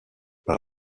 par